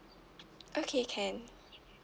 okay can